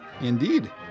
Indeed